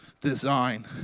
design